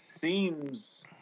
seems